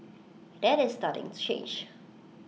that is starting to change